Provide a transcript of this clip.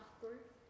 group